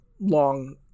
long